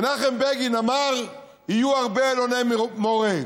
מנחם בגין אמר: יהיו הרבה אלוני מורה.